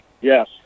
Yes